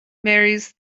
marries